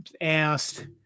asked